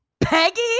peggy